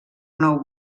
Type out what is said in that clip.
nou